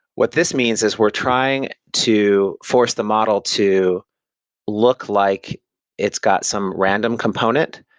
what this means is we're trying to force the model to look like it's got some random component,